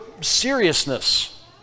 seriousness